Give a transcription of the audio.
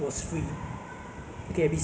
think the cheapest is around